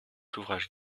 ouvrage